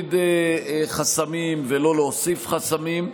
להוריד חסמים ולא להוסיף חסמים.